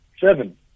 seven